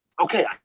Okay